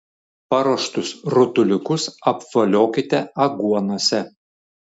paruoštus rutuliukus apvoliokite aguonose